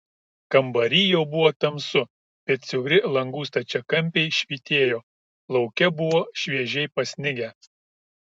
kambary jau buvo tamsu bet siauri langų stačiakampiai švytėjo lauke buvo šviežiai pasnigę